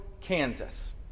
Kansas